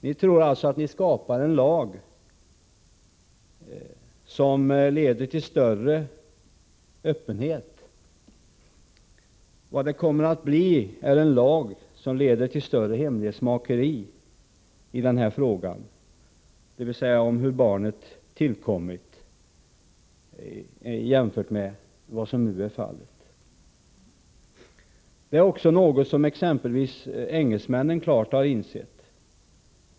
Ni tror att ni skapar en lag som leder till större öppenhet. Vad det kommer att bli är en lag som leder till större hemlighetsmakeri i den här frågan, dvs. frågan om hur barnet har tillkommit, jämfört med vad som nu är fallet. Det är också något som exempelvis engelsmännen klart har insett.